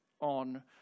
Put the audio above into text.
on